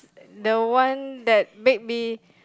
the one that make me